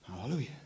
Hallelujah